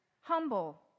Humble